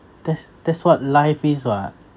that's that's what life is [what]